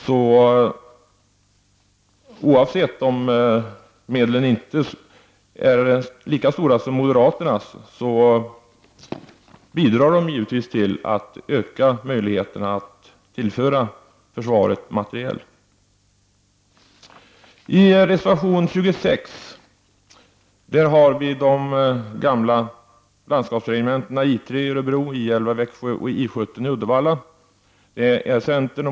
Så oavsett om medlen inte är lika stora som de medel moderaterna föreslår, bidrar de givetvis till att öka möjligheterna att tillföra försvaret materiel. Reservation 26, som centern, moderaterna och miljöpartiet står bakom, handlar om de gamla landskapsregementena I 3 i Örebro, I 11 i Växjö och I 17 i Uddevalla.